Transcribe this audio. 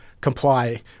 comply